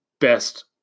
best